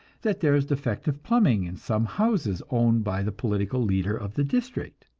that there is defective plumbing in some houses owned by the political leader of the district.